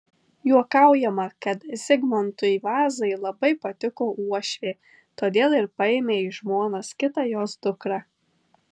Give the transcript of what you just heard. juokaujama kad zigmantui vazai labai patiko uošvė todėl ir paėmė į žmonas kitą jos dukrą